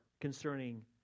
concerning